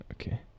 Okay